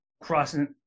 crossing